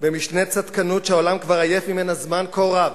במשנה צדקנות, שהעולם כבר עייף ממנה זמן כה רב,